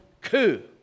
coup